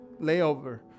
layover